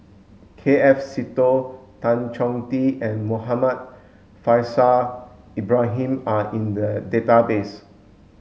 K F Seetoh Tan Chong Tee and Muhammad Faishal Ibrahim are in the database